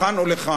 לכאן או לכאן.